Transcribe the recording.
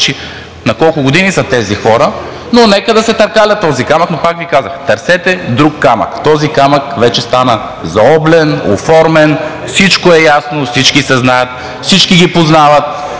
на колко години са тези хора, но нека да се търкаля този камък. Но пак Ви казвам: търсете друг камък, този камък вече стана заоблен, оформен, всичко е ясно, всички се знаят, всички ги познават.